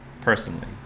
personally